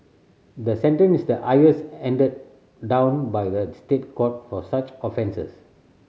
the sentence is the highest handed down by the State Court for such offences